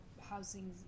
housing